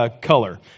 color